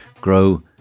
grow